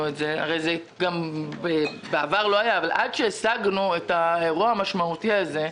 בעבר זה לא היה ועד שהשגנו את האירוע המשמעותי הזה,